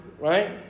Right